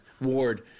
Ward